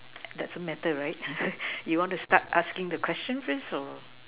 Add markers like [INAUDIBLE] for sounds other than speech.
doesn't matter right [NOISE] you want to start asking the question first or